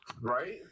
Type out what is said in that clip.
Right